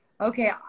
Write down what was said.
okay